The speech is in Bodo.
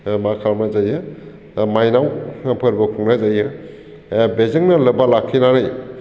मा खालामनाय जायो दा माइनाव फोरबो खुंनाय जायो बेजोंनो लोब्बा लाखिनानै